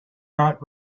not